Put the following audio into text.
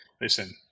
listen